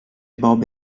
bob